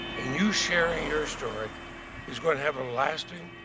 and you sharing your story is going to have a lasting,